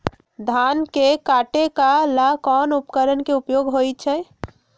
धान के काटे का ला कोंन उपकरण के उपयोग होइ छइ?